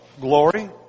glory